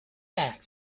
asked